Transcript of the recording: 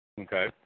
Okay